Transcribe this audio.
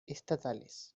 estatales